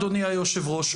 אדוני היושב-ראש,